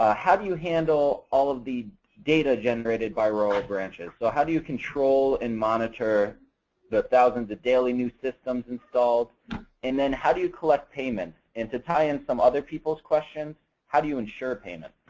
ah how do you handle all of the data generated by rural ah branches? so how do you control and monitor the thousands of daily new systems installed and then how do you collect payments? and to tie in some other peoples question how do you ensure payment?